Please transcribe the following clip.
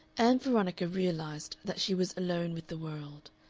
ann veronica realized that she was alone with the world.